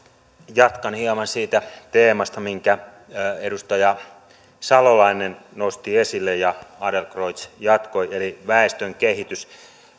jatkan hieman siitä teemasta minkä edustaja salolainen nosti esille ja adlercreutz jatkoi eli väestön kehityksestä